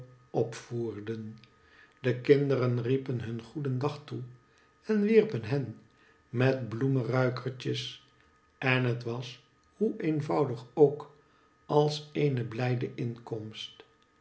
opvoerden de kinderen riepen hun goeden dag toe en wierpen hen met bloemeruikertjes en het was hoe eenvoudig ook als een blijde inkomst